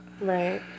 Right